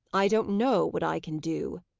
i don't know what i can do,